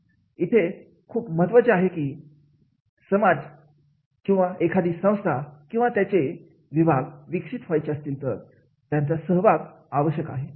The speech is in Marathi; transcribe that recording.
येथे हे खूप महत्त्वाचे आहे की समाज आज किंवा एखादी संस्था किंवा त्याचे विभाग विकसित व्हायचे असतील तर त्यांचा सहभाग आवश्यक आहे